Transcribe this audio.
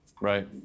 Right